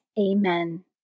Amen